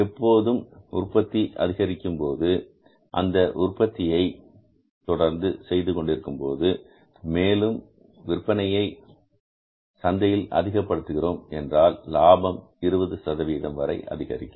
எப்போதும் உற்பத்தி அதிகரிக்கும் போது அந்த உற்பத்தியை தொடர்ந்து செய்து கொண்டிருக்கும்போது மேலும் விற்பனையை சந்தையில் அதிகப் படுத்துகிறோம் என்றால் லாபம் 20 சதவீதம் வரை அதிகரிக்கும்